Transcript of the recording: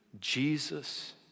Jesus